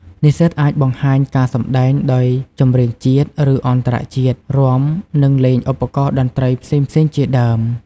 និស្សិតអាចបង្ហាញការសម្តែងដោយចម្រៀងជាតិ ឬ អន្តរជាតិ រាំ និងលេងឧបករណ៍តន្ត្រីផ្សេងៗជាដើម។